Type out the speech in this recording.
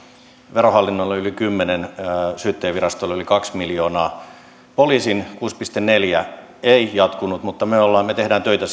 verohallinnolle yli kymmenen syyttäjänvirastoille yli kaksi miljoonaa poliisin kuusi pilkku neljä ei jatkunut mutta me teemme töitä